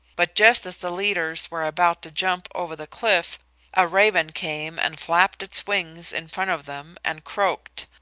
but just as the leaders were about to jump over the cliff a raven came and flapped its wings in front of them and croaked,